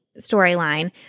storyline